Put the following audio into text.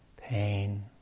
pain